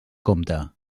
compte